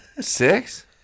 six